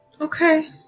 Okay